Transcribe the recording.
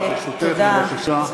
בבקשה.